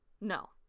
No